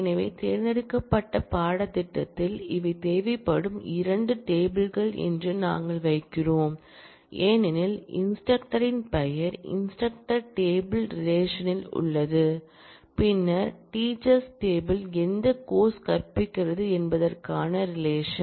எனவே தேர்ந்தெடுக்கப்பட்ட பாடத்திட்டத்தில் இவை தேவைப்படும் 2 டேபிள் கள் என்று நாங்கள் வைக்கிறோம் ஏனெனில் இன்ஸ்டிரக்டரின் பெயர் இன்ஸ்டிரக்டர் டேபிள் ரிலேஷன் ல் உள்ளது பின்னர் டீச்சர்ஸ் டேபிள் எந்த கோர்ஸ் கற்பிக்கிறது என்பதற்கான ரிலேஷன்